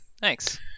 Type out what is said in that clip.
thanks